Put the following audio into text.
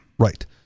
Right